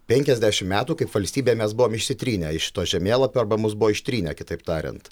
penkiasdešimt metų kaip valstybė mes buvom išsitrynę iš šito žemėlapio arba mus buvo ištrynę kitaip tariant